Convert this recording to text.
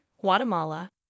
Guatemala